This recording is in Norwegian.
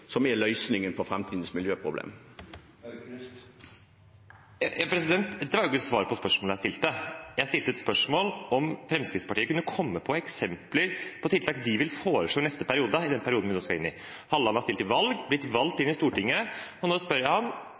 som er løsningen på framtidens miljøproblemer. Dette var ikke et svar på spørsmålet jeg stilte. Jeg stilte et spørsmål om Fremskrittspartiet kunne komme på eksempler på tiltak de vil foreslå i den perioden vi nå skal inn i. Halleland har stilt til valg, blitt valgt inn på Stortinget. Han skal sitte i energi- og